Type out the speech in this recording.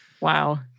Wow